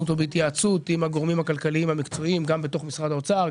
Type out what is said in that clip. אותו בהתייעצות עם הגורמים הכלכליים והמקצועיים בתוך משרד האוצר,